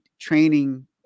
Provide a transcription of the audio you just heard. training